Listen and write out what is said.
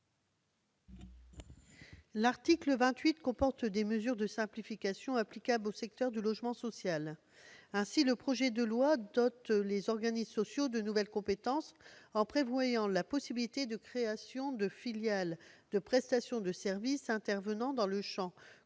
L'article 28 comporte des mesures de simplification applicables au secteur du logement social. Ainsi, le projet de loi dote les organismes sociaux de nouvelles compétences en prévoyant la possibilité de création de filiales de prestations de services intervenant dans le champ concurrentiel